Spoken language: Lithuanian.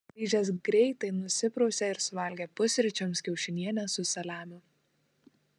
grįžęs greitai nusiprausė ir suvalgė pusryčiams kiaušinienę su saliamiu